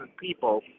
people